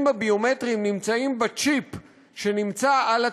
הביומטריים נמצאים בצ'יפ שנמצא על התעודה,